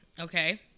Okay